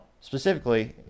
Specifically